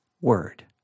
word